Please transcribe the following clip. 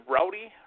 Rowdy